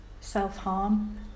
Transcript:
self-harm